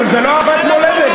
זה לא אהבת מולדת,